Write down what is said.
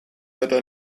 wetter